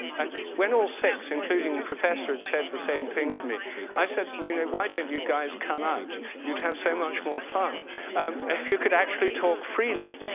and when all six, including the professor had said the same thing to me i said, so you know, why don't you guys come out. you'd have so much more fun um if you could actually talk freely.